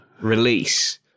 release